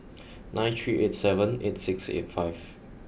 nine three eight seven eight six eight five